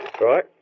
right